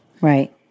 right